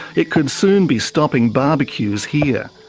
it could soon be stopping barbecues here.